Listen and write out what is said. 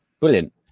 Brilliant